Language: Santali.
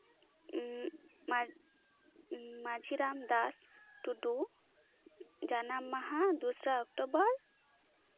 ᱢᱟᱹᱡᱷᱤ ᱨᱟᱢᱫᱟᱥ ᱴᱩᱰᱩ ᱡᱟᱱᱟᱢ ᱢᱟᱦᱟ ᱫᱚᱥᱨᱟ ᱚᱠᱴᱳᱵᱚᱨ